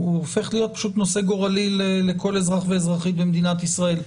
הוא הופך להיות פשוט נושא גורלי לכל אזרח ואזרחית במדינת ישראל.